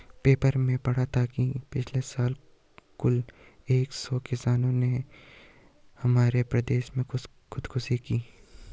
paper में पढ़ा था कि पिछले साल कुल एक सौ किसानों ने हमारे प्रदेश में खुदकुशी की